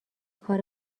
کار